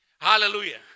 Hallelujah